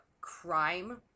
crime